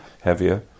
heavier